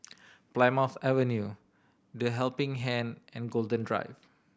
Plymouth Avenue The Helping Hand and Golden Drive